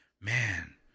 man